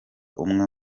umwe